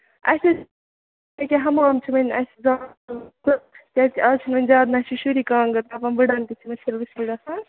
اَسہِ حظ ییٚکیاہ حَمام چھُ وۄنۍ اَسہِ تہٕ کیٛازِکہِ آز چھُنہٕ وۄنۍ زیادٕ نہ چھِ شُری کانٛگٕر تَپان بٔڑَن تہِ چھِنہٕ مُشکِل وُشکِل گژھان